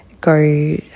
go